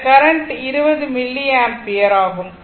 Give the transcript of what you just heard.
இந்த current 20 milliampere ஆகும்